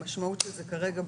המשמעות של זה כרגע,